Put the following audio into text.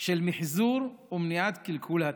של מחזור ומניעת קלקול הטבע.